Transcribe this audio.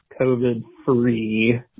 COVID-free